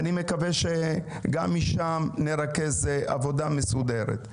אני מקווה שגם משם נרכז עבודה מסודרת.